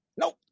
nope